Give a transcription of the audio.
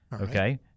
Okay